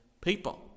people